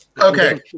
Okay